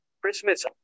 Christmas